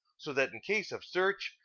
so that, in case of search,